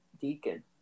Deacon